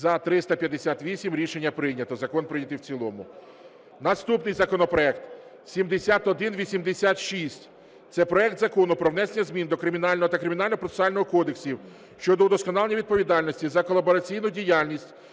За – 358 Рішення прийнято. Закон прийнятий в цілому. Наступний законопроект 7186. Це проект Закону про внесення змін до Кримінального та Кримінального процесуального кодексів щодо удосконалення відповідальності за колабораційну діяльність